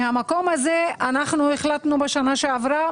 מהמקום הזה החלטנו בשנה שעברה,